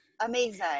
Amazing